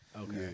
Okay